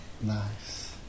Nice